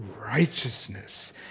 righteousness